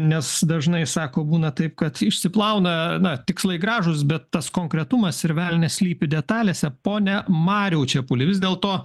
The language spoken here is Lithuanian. nes dažnai sako būna taip kad išsiplauna na tikslai gražūs bet tas konkretumas ir velnias slypi detalėse pone mariau čepuli vis dėlto